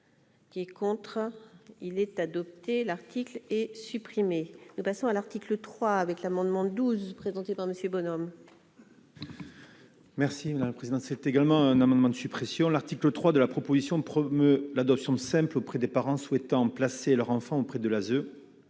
Qui est contre, il est adopté, l'article est supprimé, nous passons à l'article 3 avec l'amendement 12 présenté par Monsieur Bonhomme. Merci dans le président, c'est également un amendement de suppression de l'article 3 de la proposition promeut l'adoption simple auprès des parents souhaitant placer leur enfant auprès de la